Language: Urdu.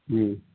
جی